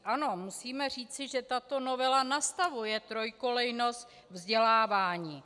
Ano, musíme říci, že tato novela nastavuje trojkolejnost vzdělávání.